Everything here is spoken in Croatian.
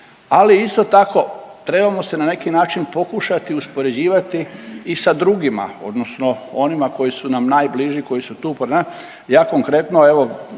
ali isto tako trebamo se na neki način pokušati uspoređivati i sa drugima odnosno onima koji su nam najbliži koji su tu …/Govornik se